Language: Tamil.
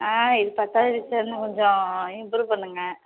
ஆ இது பத்தாது டீச்சர் இன்னும் கொஞ்சம் இம்ப்ரூவ் பண்ணுங்கள்